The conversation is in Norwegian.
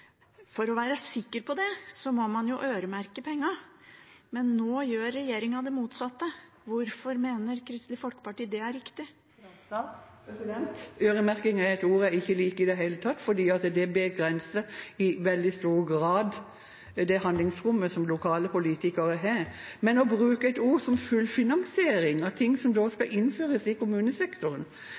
for å være sikker på det må man jo øremerke pengene. Men nå gjør regjeringen det motsatte. Hvorfor mener Kristelig Folkeparti at det er riktig? Øremerking er et ord jeg ikke liker i det hele tatt, fordi det begrenser i veldig stor grad det handlingsrommet som lokale politikere har. Men å bruke et ord som fullfinansiering av ting som skal innføres i kommunesektoren,